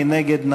מי נגד?